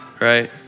right